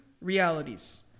realities